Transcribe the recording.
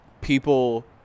people